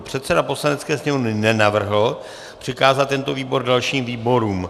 Předseda Poslanecké sněmovny nenavrhl přikázat tento tisk dalším výborům.